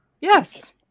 yes